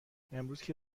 امروزکه